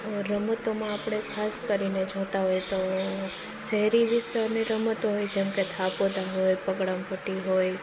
રમતોમાં આપણે ખાસ કરીને જોતા હોય તો શહેરી વિસ્તારની રમતો હોય જેમ કે થાપો દાવ હોય પકડમ પકડી હોય